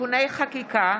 (תיקוני חקיקה),